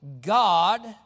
God